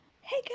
Hey